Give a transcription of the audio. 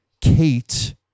Kate